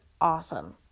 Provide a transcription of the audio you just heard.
awesome